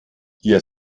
ihr